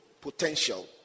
potential